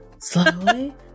Slowly